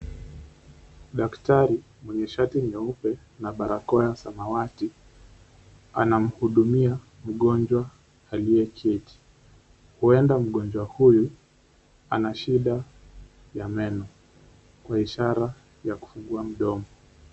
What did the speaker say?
Daktari mwenye shati nyeupe na barakoa ya samawati anamhudumia mgonjwa aliyeketi huenda mgonjwa huyu anashida ya meno kwa ishara ya kufungua mdomo.